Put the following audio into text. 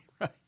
right